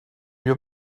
your